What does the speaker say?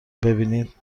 ببینید